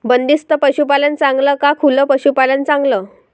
बंदिस्त पशूपालन चांगलं का खुलं पशूपालन चांगलं?